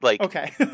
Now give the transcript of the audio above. Okay